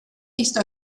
ist